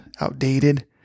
outdated